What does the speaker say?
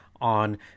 on